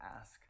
ask